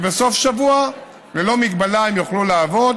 ובסוף שבוע ללא הגבלה הם יוכלו לעבוד